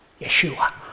Yeshua